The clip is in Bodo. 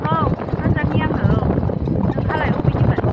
औ क'क्राझारनि आङो औ नोंहालाय बबेनिमोन